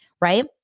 right